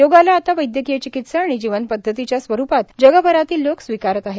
योगाला आता वैद्यकीय चिकित्सा आणि जीवनपदधतीच्या स्वरुपात जगभरातील लोक स्वीकारत आहेत